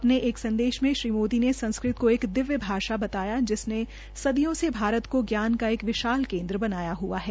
अपने एक संदेश में श्री मोदी ने संस्कृत को एक दिव्य भाषा बताया जिसने सदियों से भारत को ज्ञान का एक विशाल केन्द्र बनाया हुआ है